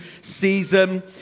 season